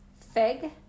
fig